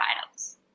titles